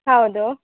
ಹೌದು